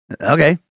Okay